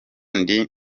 ndi